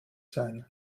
sein